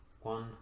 one